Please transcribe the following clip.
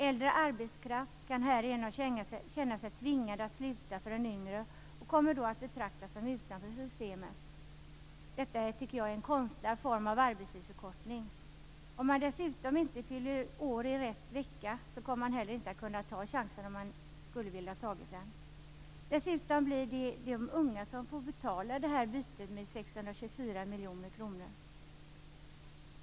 Äldre arbetskraft kan härvid känna sig tvingad att sluta till förmån för yngre personer och kommer då att betraktas som utanför systemet. Jag tycker att det är en konstlad form av arbetstidsförkortning. Den som dessutom inte fyller år i rätt vecka kommer inte heller att kunna ta chansen, även om vederbörande skulle ha velat göra det. Det blir därtill de unga som får betala detta utbyte med 624 miljoner kronor.